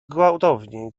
gwałtowniej